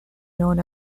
known